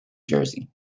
jersey